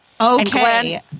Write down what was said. Okay